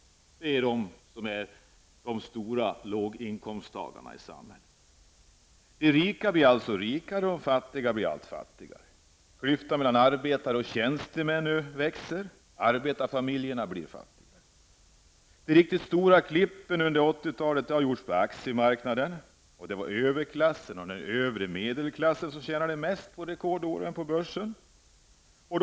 Det är kvinnorna som representerar den stora låginkomsttagargruppen i samhället. De rika blir alltså rikare och de fattiga blir allt fattigare. Klyftorna mellan arbetare och tjänstemän växer. Arbetarfamiljerna blir allt fattigare. De riktigt stora klippen under 80-talet gjordes på aktiemarknaden. Det var överklassen och den övre medelklassen som tjänade mest på börsen under rekordåren.